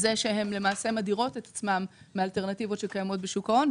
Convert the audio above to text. שהן למעשה מדירות את עצמן מאלטרנטיבות שקיימות בשוק ההון.